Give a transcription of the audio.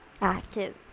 active